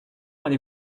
allez